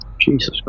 Jesus